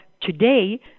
today